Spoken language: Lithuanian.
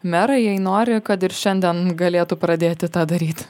merai jei nori kad ir šiandien galėtų pradėti tą daryti